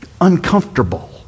uncomfortable